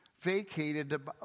vacated